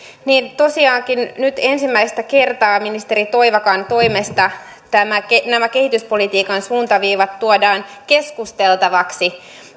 tosiaankin nyt ensimmäistä kertaa ministeri toivakan toimesta nämä kehityspolitiikan suuntaviivat tuodaan keskusteltavaksi